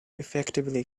effectively